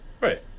Right